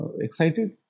excited